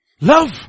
Love